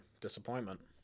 Disappointment